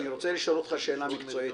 אני רוצה לשאול אותך שאלה מקצועית,